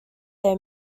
they